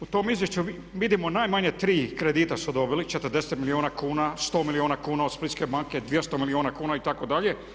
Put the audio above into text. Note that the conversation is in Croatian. U tom izvješću vidimo najmanje tri kredita su dobili, 40 milijuna kuna, 100 milijuna kuna od Splitske banke, 200 milijuna kuna itd.